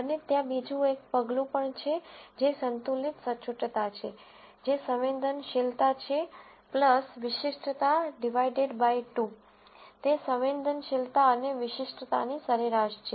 અને ત્યાં બીજું એક પગલું પણ છે જે સંતુલિત સચોટતા છે જે સંવેદનશીલતા છે વિશિષ્ટતા ડીવાયડેડ બાય 2 તે સંવેદનશીલતા અને વિશિષ્ટતાની સરેરાશ છે